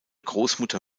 großmutter